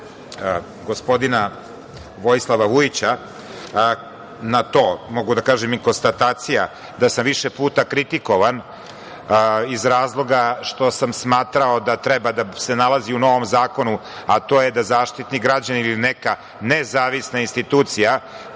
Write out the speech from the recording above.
gospodina Vojislava Vujića na to i konstatacija da sam više puta kritikovan iz razloga što sam smatrao da treba da se nalazi u novom zakonu, a to je da Zaštitnik građanina ili neka nezavisna institucija